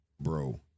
bro